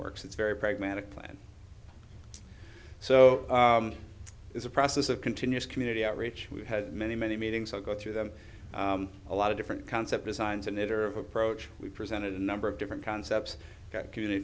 works its very pragmatic plan so it's a process of continuous community outreach we've had many many meetings i'll go through them a lot of different concept designs a knitter of approach we presented a number of different concepts community